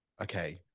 okay